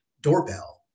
doorbell